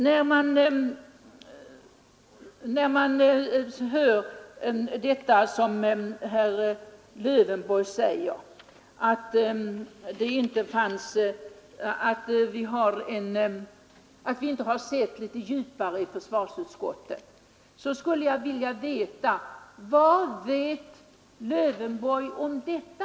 När herr Lövenborg säger att vi i försvarsutskottet inte sett djupare på frågan, skulle jag vilja fråga: Vad vet herr Lövenborg om detta?